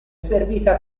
servita